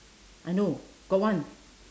I know got one